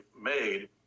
made